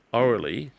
orally